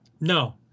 no